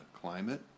climate